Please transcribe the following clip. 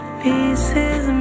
pieces